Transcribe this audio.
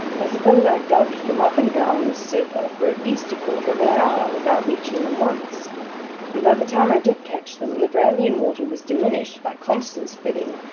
i suppose i dodged them up and down this sofa for at least a quarter of an hour, without reaching them once and by the time i did catch them, the brandy-and-water was diminished, by constant spilling,